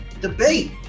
debate